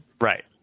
Right